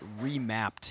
remapped